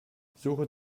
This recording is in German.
suche